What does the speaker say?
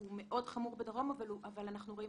הוא מאוד חמור בדרום אבל אנחנו רואים